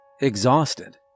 exhausted